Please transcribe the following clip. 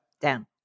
Down